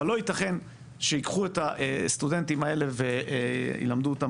אבל לא ייתכן שייקחו את הסטודנטים האלה וילמדו אותם